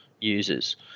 users